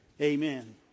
Amen